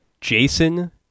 Jason